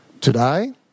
Today